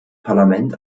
parlament